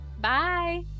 Bye